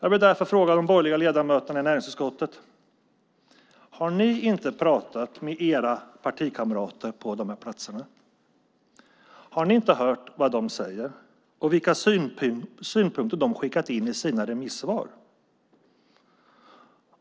Jag vill därför fråga de borgerliga ledamöterna i näringsutskottet: Har ni inte pratat med era partikamrater på de här platserna? Har ni inte hört vad de säger och sett vilka synpunkter de skickat in i sina remissvar?